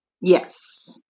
Yes